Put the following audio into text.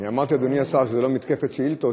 אני אמרתי לאדוני השר שזו לא מתקפת שאילתות,